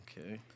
Okay